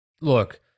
look